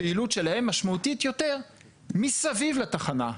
הפעילות שלהן משמעותית יותר מסביב לתחנה.